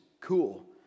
cool